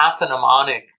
pathognomonic